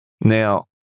Now